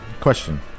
question